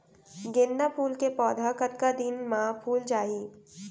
गेंदा फूल के पौधा कतका दिन मा फुल जाही?